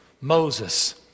Moses